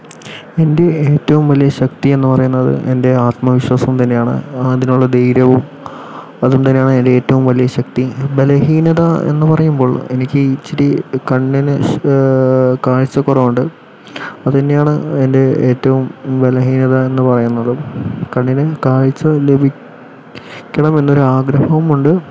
എൻ്റെ ഏറ്റവും വലിയ ശക്തി എന്ന് പറയുന്നത് എൻ്റെ ആത്മവിശ്വാസം തന്നെയാണ് അതിനുള്ള ധൈര്യവും അതുകൊണ്ട് തന്നെയാണ് എൻ്റെ ഏറ്റവും വലിയ ശക്തി ബലഹീനത എന്ന് പറയുമ്പോൾ എനിക്ക് ഇച്ചിരി കണ്ണിന് കാഴ്ചക്കുറവുണ്ട് അതുതന്നെയാണ് എൻ്റെ ഏറ്റവും ബലഹീനത എന്ന് പറയുന്നതും കണ്ണിന് കാഴ്ച ലഭിക്കണമെന്നൊരു ആഗ്രഹവുമുണ്ട്